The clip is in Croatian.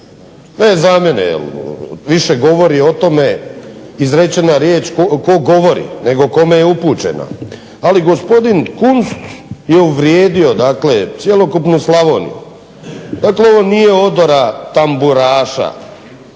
ne za mene, više govori za mene izrečena riječ tko govori nego kome je upućena ali gospodin Kunst je uvrijedio cjelokupnu Slavoniju, ovo nije odora tamburaša,